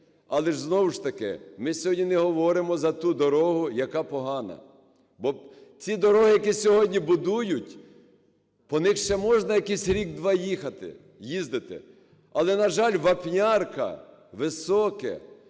Але, ж знову ж таки, ми сьогодні не говоримо за ту дорогу, яка погана, бо ці дороги, які сьогодні будують, по них ще можна якісь рік-два їхати, їздити. Але, на жаль, Вапнярка - Високе,